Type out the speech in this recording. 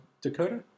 Dakota